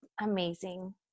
amazing